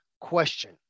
question